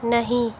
नहीं